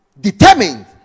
determined